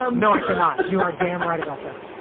um no, i cannot. you are damn right about that.